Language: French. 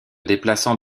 déplaçant